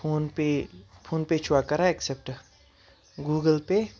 phone پے phone پے چھُوا کَران اٮ۪کسٮ۪پٹ گوٗگٕل پے